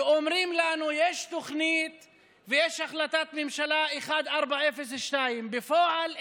והיו אומרים לנו: יש תוכנית ויש החלטת ממשלה 1402. בפועל,